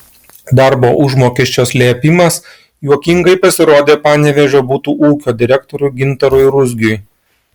darbo užmokesčio slėpimas juokingai pasirodė panevėžio butų ūkio direktoriui gintarui ruzgiui